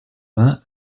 vingts